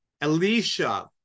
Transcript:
Elisha